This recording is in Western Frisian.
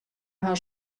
hawwe